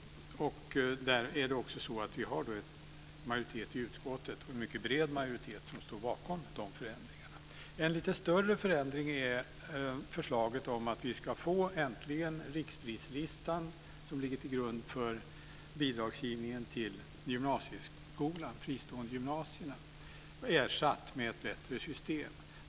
Vi har en mycket bred majoritet i utskottet som står bakom dessa förändringar. En lite större förändring är förslaget om att vi äntligen ska få riksprislistan som ligger till grund för bidragsgivningen till gymnasieskolan, de fristående gymnasierna, ersatt med ett bättre system.